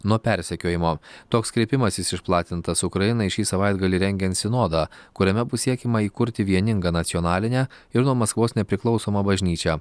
nuo persekiojimo toks kreipimasis išplatintas ukrainai šį savaitgalį rengiant sinodą kuriame bus siekiama įkurti vieningą nacionalinę ir nuo maskvos nepriklausomą bažnyčią